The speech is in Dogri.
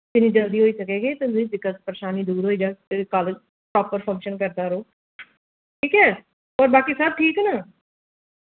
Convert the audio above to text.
जिन्नी जल्दी होई सके के तुं'दी दिक्कत परेशानी दूर होई जाह्ग जेह्ड़े कालेज प्रापर फंक्शन करदा रौह्ग ठीक ऐ होर बाकि सब ठीक न